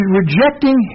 rejecting